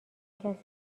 کسی